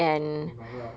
memang lah